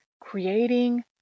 creating